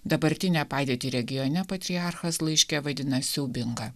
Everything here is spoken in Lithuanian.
dabartinę padėtį regione patriarchas laiške vadina siaubinga